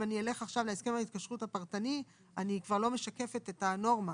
אם אני אלך עכשיו להסכם ההתקשרות הפרטני אני כבר לא משקפת את הנורמה.